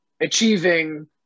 achieving